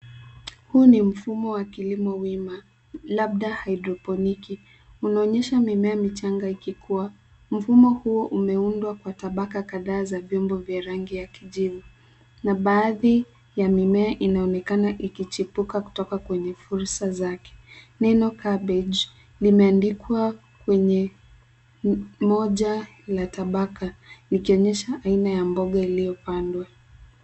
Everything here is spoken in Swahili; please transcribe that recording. Huu ni mfumo wa kilimo wima labda haidroponiki. Unaonyesha mimea michanga ikikua. Mfumo huo umeundwa kwa tabaka kadhaa za vyombo vya rangi ya kijivu na baadhi ya mimea inaonekana ikichipuka kutoka kwenye fursa zake. Neno cabbage limeandikwa kwenye moja la tabaka ikionyesha aina ya mboga iliyopandwa.